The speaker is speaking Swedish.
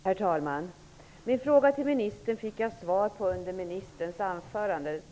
Herr talman! Min fråga till ministern fick jag svar på under hans anförande.